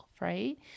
right